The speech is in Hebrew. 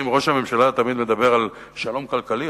אם ראש הממשלה תמיד מדבר על שלום כלכלי,